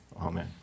amen